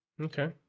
okay